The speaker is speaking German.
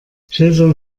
schildern